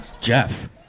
Jeff